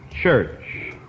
Church